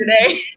today